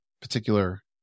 particular